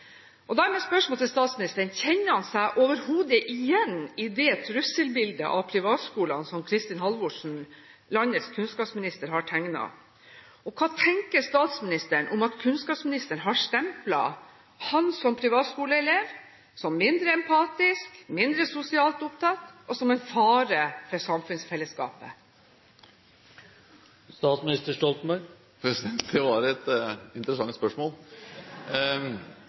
Da er mitt spørsmål til statsministeren: Kjenner han seg overhodet igjen i det trusselbildet av privatskoler som Kristin Halvorsen, landets kunnskapsminister, har tegnet? Hva tenker statsministeren om at kunnskapsministeren har stemplet ham, som privatskoleelev, som mindre empatisk, mindre sosialt opptatt og som en fare for samfunnsfellesskapet? Det var et interessant spørsmål.